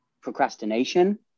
procrastination